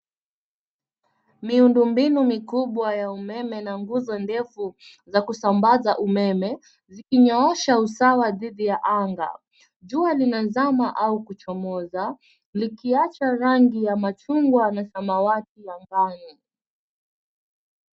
Miundumbinu mikubwa ya umeme na nguzo ndefu za kusambaza umeme, zikionyoosha usawa dhidi ya anga. Jua linazama au kuchomoza likiacha rangi ya machungwa na samawati ya nganye.